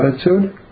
attitude